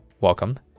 welcome